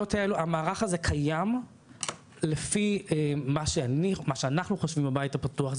הפעילויות האלו והמערך הזה קיים לפי מה שאנחנו חושבים בבית הפתוח,